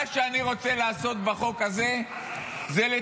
מה שאני רוצה לעשות בחוק הזה הוא לתקן.